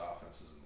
offenses